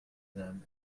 them